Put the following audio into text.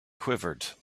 quivered